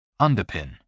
Underpin